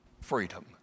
freedom